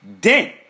Dent